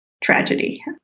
tragedy